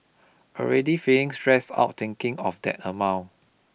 already feeling stressed out thinking of that amount